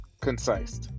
concise